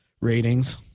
ratings